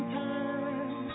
time